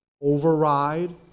override